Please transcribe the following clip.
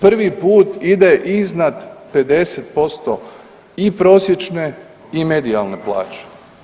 Prvi put ide iznad 50% i prosječne i medijalne plaće.